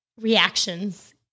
reactions